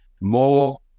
more